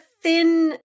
thin